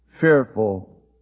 fearful